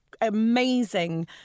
amazing